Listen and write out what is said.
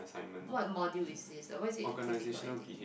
what module is this why is it critical writing